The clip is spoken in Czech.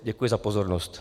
Děkuji za pozornost.